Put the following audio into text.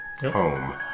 home